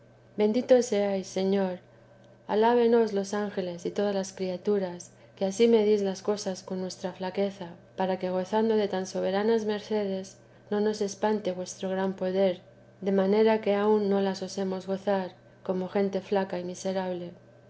bendito seáis señor alaben os los ángeles y todas las criaturas que ansí medís las cosas con nuestra flaqueza para que gozando de tan soberanas mercedes no nos espante vuestro gran poder de manera que aun no las osemos gozar como gente flaca y miserable